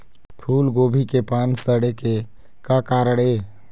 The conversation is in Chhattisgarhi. फूलगोभी के पान सड़े के का कारण ये?